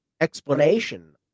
explanation